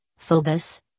phobus